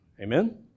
Amen